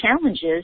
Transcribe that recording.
challenges